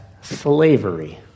slavery